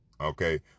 okay